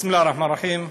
בסם אללה א-רחמאן א-רחים.